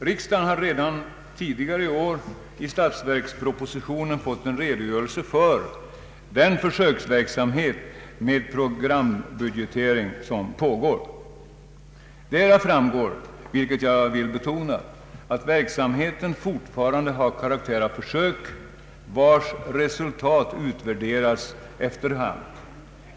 Riksdagen har redan tidigare i år i statsverkspropositionen fått en redogörelse för den försöksverksamhet med programbudgetering som pågår. Därav framgår, vilket jag vill be tona, alt verksamheten fortfarande har karaktär av försök, vars resultat utvärderas efter hand.